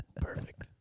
Perfect